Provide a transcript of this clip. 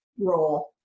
role